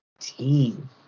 team